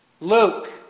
Luke